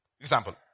Example